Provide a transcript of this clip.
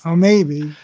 um maybe